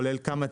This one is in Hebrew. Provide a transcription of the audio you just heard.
כולל קמטק,